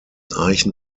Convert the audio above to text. eichen